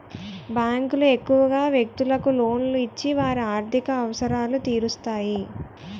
బ్యాంకులు ఎక్కువగా వ్యక్తులకు లోన్లు ఇచ్చి వారి ఆర్థిక అవసరాలు తీరుస్తాయి